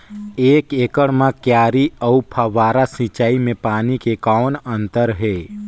एक एकड़ म क्यारी अउ फव्वारा सिंचाई मे पानी के कौन अंतर हे?